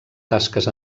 tasques